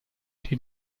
die